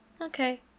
Okay